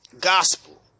gospel